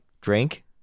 drink